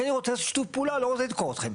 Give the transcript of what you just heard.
כי אני רוצה שיתוף פעולה אני לא רוצה לתקוע אותכם.